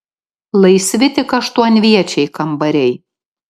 laisvi tik aštuonviečiai kambariai